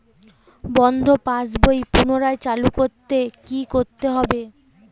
বন্ধ পাশ বই পুনরায় চালু করতে কি করতে হবে?